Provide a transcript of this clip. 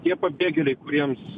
tie pabėgėliai kuriems